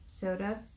soda